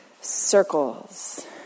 circles